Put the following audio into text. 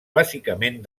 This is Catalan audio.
bàsicament